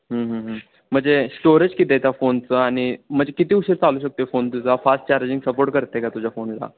म्हणजे स्टोरेज किती आहे त्या फोनचं आणि म्हणजे किती उशीर चालू शकतो आहे फोन तुझा फास्ट चार्जिंग सपोर्ट करते का तुझ्या फोनला